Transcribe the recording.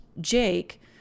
Jake